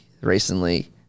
recently